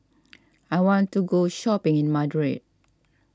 I want to go shopping in Madrid